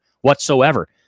whatsoever